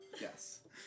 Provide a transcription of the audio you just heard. Yes